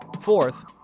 Fourth